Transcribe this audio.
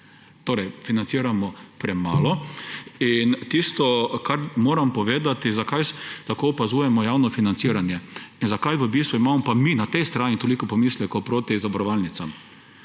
Torej financiramo premalo. Kar moram še povedati, zakaj tako opazujemo javno financiranje in zakaj imamo mi na tej strani toliko pomislekov proti zavarovalnicam.